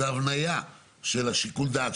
זו הבנייה של שיקול הדעת,